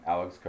Alex